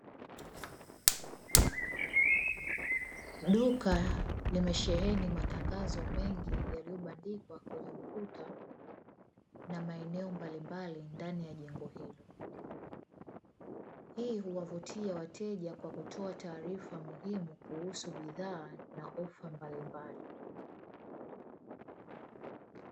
Duka limesheheni matangazo mengi yaliyo bandikwa kwenye ukuta na maeneo mbalimbali ndani ya jengo hilo. Hii huwavutia wateja kwa kutoa taarifa muhimu kuhusu bidhaa na ofa mbalimbal.